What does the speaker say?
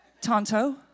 Tonto